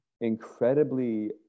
incredibly